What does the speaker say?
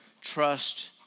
trust